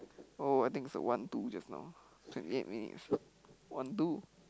oh I think is the one two just now twenty eight minutes one two